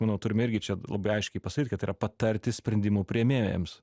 manau turime irgi čia labai aiškiai pasakyt kad tai yra patarti sprendimų priėmėjams